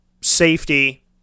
safety